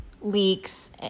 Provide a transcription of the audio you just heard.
leaks